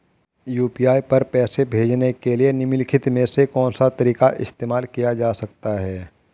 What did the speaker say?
UPI पर पैसे भेजने के लिए निम्नलिखित में से कौन सा तरीका इस्तेमाल किया जा सकता है?